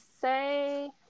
say